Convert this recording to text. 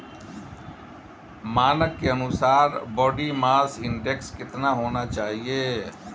मानक के अनुसार बॉडी मास इंडेक्स कितना होना चाहिए?